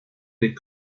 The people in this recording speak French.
des